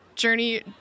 Journey